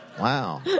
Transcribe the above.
Wow